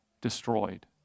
destroyed